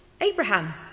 Abraham